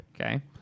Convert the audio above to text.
Okay